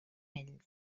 ell